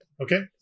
Okay